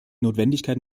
notwendigkeit